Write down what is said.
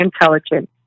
intelligent